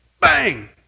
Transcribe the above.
Bang